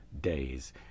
days